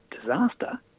disaster